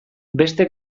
beste